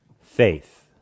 faith